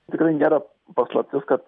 tikrai nėra paslaptis kad